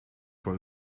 voor